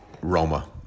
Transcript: Roma